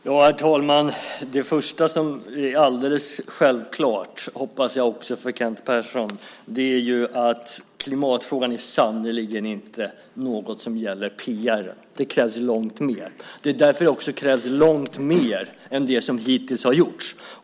Herr talman! Det är alldeles självklart även för Kent Persson, hoppas jag, att klimatfrågan sannerligen inte är något som gäller PR. Det krävs långt mer. Det krävs också långt mer än det som hittills har gjorts.